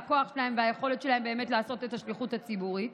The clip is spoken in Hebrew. הכוח שלהם והיכולת שלהם באמת לעשות את השליחות הציבורית.